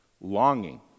longing